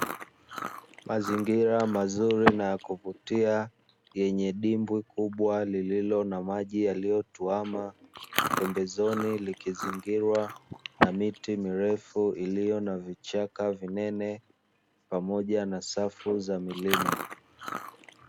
Mazingira mazuri na ya kuvutia yenye dimbwi kubwa lililo na maji yaliyotuama, pembezoni likizingirwa na miti mirefu iliyo na vichaka vinene pamoja na safu za milima.